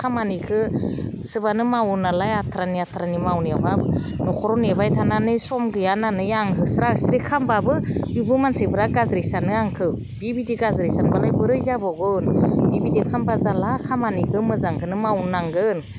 खामानिखौ सोबानो मावो नालाय आथ्रानि आथ्रानि मावनायावहा न'खराव नेबाय थानाय सम गैया होननानै आं होसा होसि खालामबाबो बेखौ मानसिफ्रा गाज्रि सानो आंखौ बिबायदि गाज्रि सानबालाय बोरै जाबावगोन बिबायदि खालामबा जाला खामानिखौ मोजांखौनो मावनांगोन